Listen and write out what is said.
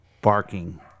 barking